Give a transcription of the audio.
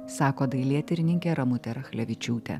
sako dailėtyrininkė ramutė rachlevičiūtė